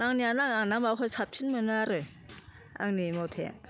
नांनाया नाङो ना मावाखौ साबसिन मोनो आरो आंनि मथे